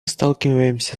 сталкиваемся